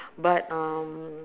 but um